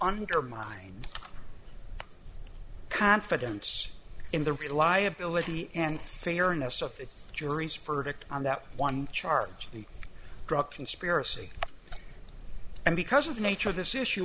undermine confidence in the reliability and fairness of the jury's verdict on that one charge of the drug conspiracy and because of the nature of this issue